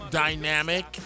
dynamic